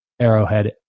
Arrowhead